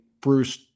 Bruce